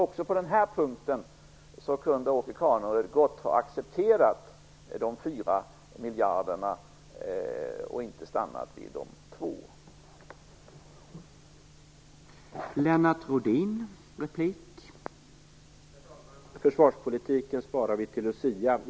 Också på den här punkten kunde Åke Carnerö alltså gott ha accepterat de 4 miljarderna och inte stannat vid 2 miljarder.